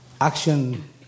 action